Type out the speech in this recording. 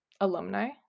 alumni